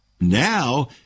Now